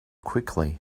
quickly